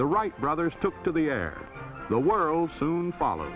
the wright brothers took to the air the world soon followed